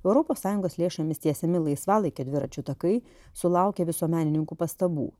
europos sąjungos lėšomis tiesiami laisvalaikio dviračių takai sulaukė visuomenininkų pastabų